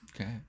Okay